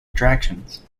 attractions